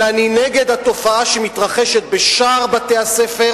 אבל אני נגד התופעה שמתרחשת בשער בתי-הספר,